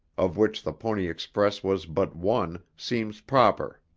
of which the pony express was but one, seems proper.